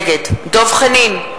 נגד דב חנין,